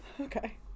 okay